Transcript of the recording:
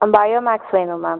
bio max வேணும் ma'am